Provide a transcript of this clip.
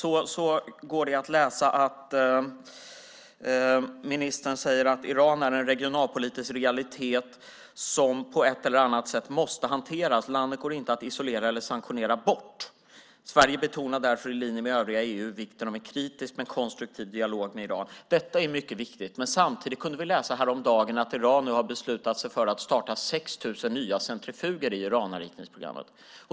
I svaret kan man läsa: "Iran är en regionalpolitisk realitet som på ett eller annat sätt måste hanteras. Landet går inte att isolera eller sanktionera bort. Sverige betonar därför, i linje med övriga EU, vikten av en kritisk men konstruktiv dialog med Iran." Detta är mycket viktigt. Men samtidigt kunde vi häromdagen läsa att Iran nu har beslutat sig för att starta 6 000 nya centrifuger i urananrikningsprogrammet.